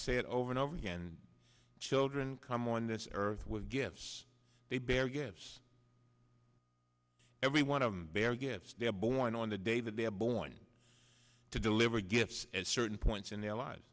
it over and over again children come on this earth with gifts they bear gifts every want to bear gifts they are born on the day that they are born to deliver gifts at certain points in their lives